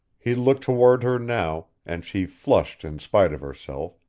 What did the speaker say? he looked toward her now, and she flushed in spite of herself,